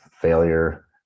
failure